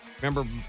Remember